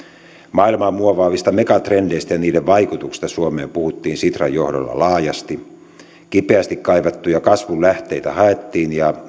maailmaa muovaavista megatrendeistä ja niiden vaikutuksista suomeen puhuttiin sitran johdolla laajasti kipeästi kaivattuja kasvun lähteitä haettiin ja